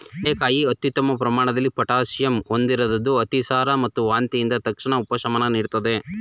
ಬಾಳೆಕಾಯಿ ಅತ್ಯುತ್ತಮ ಪ್ರಮಾಣದಲ್ಲಿ ಪೊಟ್ಯಾಷಿಯಂ ಹೊಂದಿರದ್ದು ಅತಿಸಾರ ಮತ್ತು ವಾಂತಿಯಿಂದ ತಕ್ಷಣದ ಉಪಶಮನ ನೀಡ್ತದೆ